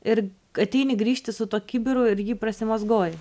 ir ateini grįžti su tuo kibiru ir jį prasimazgoji